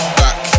back